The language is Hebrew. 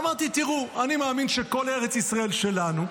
ואמרתי, תראו, אני מאמין שכל ארץ ישראל שלנו.